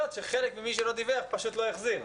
שחלק ממי שלא דיווח פשוט לא החזיר.